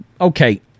Okay